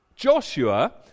Joshua